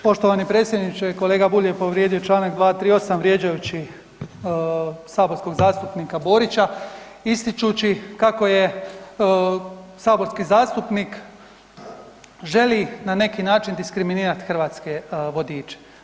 Poštovani predsjedniče, kolega Bulj je povrijedio čl. 238 vrijeđajući saborskog zastupnika Borića ističući kako je saborski zastupnik želi na neki način diskriminirati hrvatske vodiče.